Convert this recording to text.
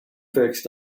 fixed